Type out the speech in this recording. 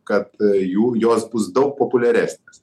kad jų jos bus daug populiaresnės